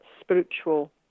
spiritual